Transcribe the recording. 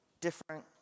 different